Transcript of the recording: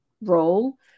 role